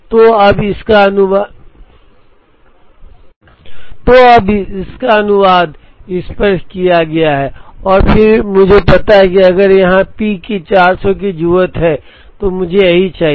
तो अब इसका अनुवाद इस पर किया गया है और फिर मुझे पता है कि अगर यहां पी की 400 की जरूरत है तो मुझे यही चाहिए